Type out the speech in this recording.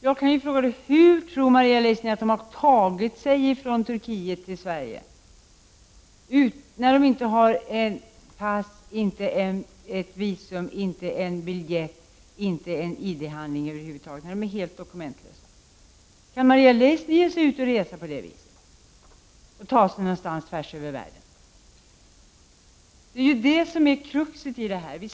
Låt mig fråga: Hur tror Maria Leissner att personer som är helt dokumentlösa har tagit sig t.ex. från Turkiet till Sverige — utan pass, utan visum, 11 oktober 1989 resa på det viset tvärs över världen? Sn Ra) Le I Det är ju detta som är kruxet i detta sammanhang.